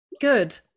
good